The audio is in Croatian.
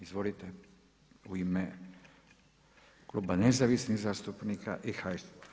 Izvolite u ime kluba nezavisnih zastupnika i HSU.